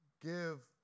give